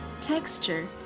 texture